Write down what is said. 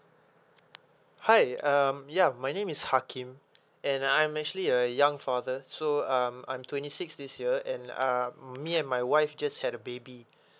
hi um ya my name is hakim and I am actually a young father so um I'm twenty six this year and uh me and my wife just had a baby